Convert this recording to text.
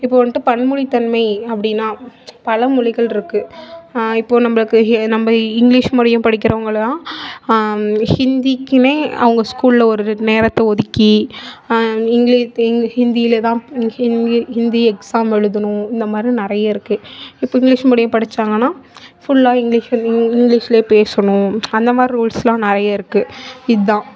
இப்போ வந்துட்டு பன்மொழித் தன்மை அப்படின்னா பல மொழிகள் இருக்கு இப்போ நம்பளுக்கு நம்ப இங்கிலீஷ் மொழியும் படிக்கிறவங்கள்லாம் ஹிந்திக்குமே அவங்க ஸ்கூலில் ஒரு நேரத்தை ஒதுக்கி இங்கிலீஷ் ஹிந்தியில தான் ஹிந்தி ஹிந்தி எக்ஸாம் எழுதணும் இந்த மாரி நிறைய இருக்கு இப்போ இங்கிலீஷ் மீடியம் படிச்சாங்கன்னா ஃபுல்லாக இங்கிலீஷ் இங்கிலீஷ்ல பேசணும் அந்தமாதிரி ரூல்ஸலாம் நிறைய இருக்கு இதான்